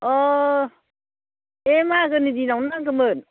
अह बे मागोनि दिनावनो नांगौमोन